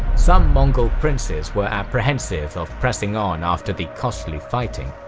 some mongol princes were apprehensive of pressing on after the costly fighting.